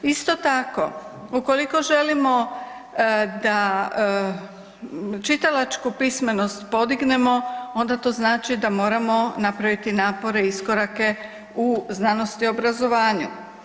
Isto tako ukoliko želimo da čitalačku pismenost podignemo, onda to znači da moramo napraviti napore, iskorake u znanosti i obrazovanju.